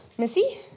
Missy